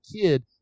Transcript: kid